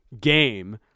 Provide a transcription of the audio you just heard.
game